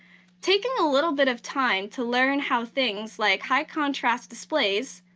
taking a little bit of time to learn how things like high contrast displays,